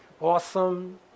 Awesome